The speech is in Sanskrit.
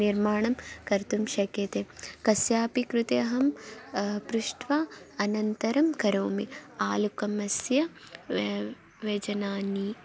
निर्माणं कर्तुं शक्यते कस्यापि कृते अहं पृष्ट्वा अनन्तरं करोमि आलुकस्य व्य व्यञ्जनानि